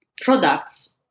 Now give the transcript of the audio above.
products